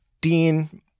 Dean